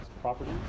property